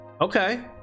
Okay